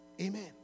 Amen